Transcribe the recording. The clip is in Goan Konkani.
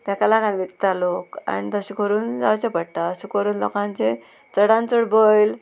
तेका लागोन विकता लोक आनी तशें करून जावचें पडटा अशें करून लोकांचे चडान चड बैल